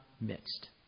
midst